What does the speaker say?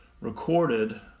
recorded